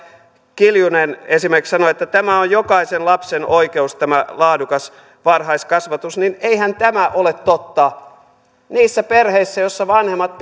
kiljunen esimerkiksi sanoi että jokaisen lapsen oikeus on tämä laadukas varhaiskasvatus niin eihän tämä ole totta niissä perheissä joissa vanhemmat